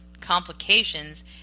complications